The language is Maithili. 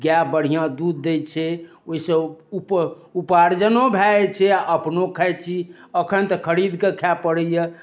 गाय बढ़िआँ दूध दै छै ओहिसँ उप उपार्जनो भए जाइत छै अपनो खाइत छी एखनि तऽ खरीद कऽ खाय पड़ैया